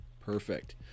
perfect